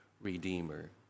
redeemer